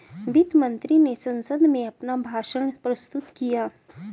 वित्त मंत्री ने संसद में अपना भाषण प्रस्तुत किया